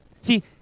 See